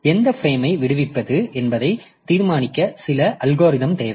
எந்த ஃபிரேம்ஐ விடுவிப்பது என்பதை தீர்மானிக்க சில அல்காரிதம் தேவை